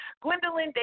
Gwendolyn